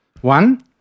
One